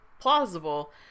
plausible